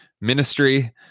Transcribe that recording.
Ministry